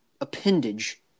appendage